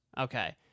Okay